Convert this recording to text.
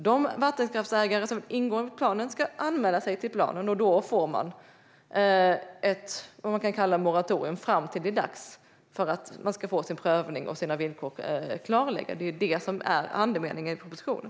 De vattenkraftsägare som ingår i planen ska anmäla sig till planen. Då får de vad man kan kalla för ett moratorium fram till det är dags att de ska få sin prövning och sina villkor klarlagda. Det är andemeningen i propositionen.